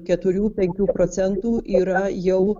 keturių penkių procentų yra jau